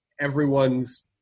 everyone's